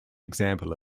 example